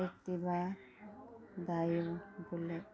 ꯑꯦꯛꯕꯤꯚꯥ ꯗꯥꯏꯌꯣ ꯕꯨꯂꯦꯠ